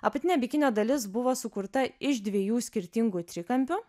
apatinė bikinio dalis buvo sukurta iš dviejų skirtingų trikampių